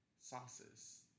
sauces